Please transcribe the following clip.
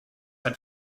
had